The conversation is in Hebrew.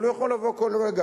אבל הוא יכול לבוא כל רגע.